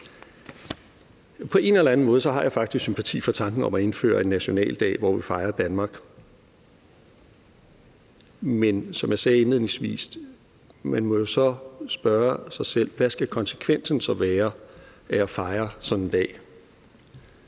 På en eller anden måde har jeg faktisk sympati for tanken om at indføre en nationaldag, hvor vi fejrer Danmark, men som jeg sagde indledningsvis, må man jo så spørge sig selv, hvad konsekvensen skal være af at fejre sådan en dag.